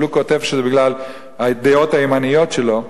אבל הוא כותב שזה בגלל הדעות הימניות שלו.